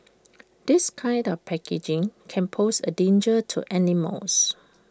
this kind of packaging can pose A danger to animals